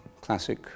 classic